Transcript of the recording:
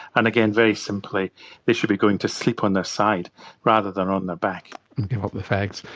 and again, very simply they should be going to sleep on their side rather than on their back. and give up the fags.